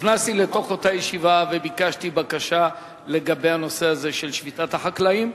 נכנסתי לאותה ישיבה וביקשתי בקשה לגבי הנושא הזה של שביתת החקלאים,